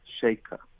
shaker